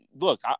look